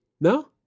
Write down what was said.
No